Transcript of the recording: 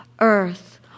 earth